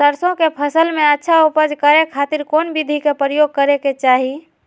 सरसों के फसल में अच्छा उपज करे खातिर कौन विधि के प्रयोग करे के चाही?